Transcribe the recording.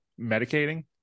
medicating